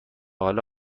حالا